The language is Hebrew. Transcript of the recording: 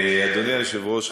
אדוני היושב-ראש,